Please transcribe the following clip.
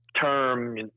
term